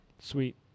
sweet